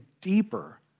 deeper